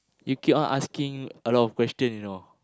you keep on asking a lot of question you know